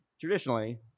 traditionally